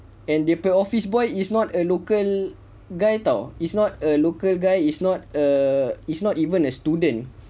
and dia punya office boy is not a local guy [tau] is not a local guy it's not uh it's not even a student